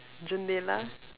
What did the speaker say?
jandela